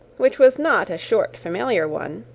which was not a short, familiar one,